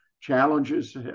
challenges